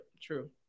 true